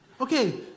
Okay